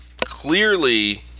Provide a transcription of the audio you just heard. clearly